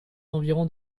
environs